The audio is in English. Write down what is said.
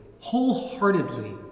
wholeheartedly